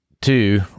Two